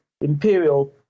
Imperial